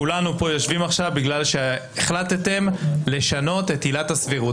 כולנו יושבים פה עכשיו בגלל שהחלטתם לשנות את עילת הסבירות.